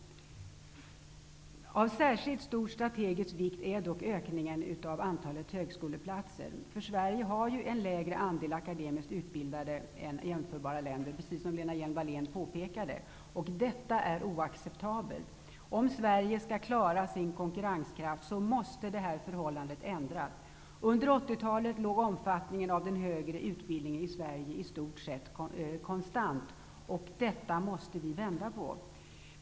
Av särskilt stor strategisk vikt är dock ökningen av antalet högskoleplatser. Sverige har ju en lägre andel akademiskt utbildade än jämförbara länder, precis som Lena Hjelm-Walle n påpekade. Detta är oacceptabelt. Om Sverige skall klara sin konkurrenskraft måste det här förhållandet ändras. Under 80-talet låg omfattningen av den högre utbildningen på en i stort sett konstant nivå. Detta måste vi vända på.